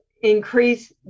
increase